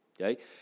okay